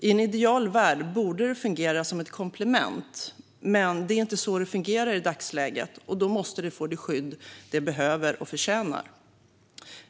I en ideal värld borde de fungera som ett komplement. Men det är inte så det fungerar i dagsläget, och då måste de få det skydd de behöver och förtjänar.